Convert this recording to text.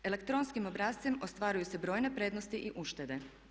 Elektronskim obrascem ostvaruju se brojne prednosti i uštede.